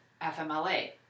FMLA